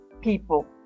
people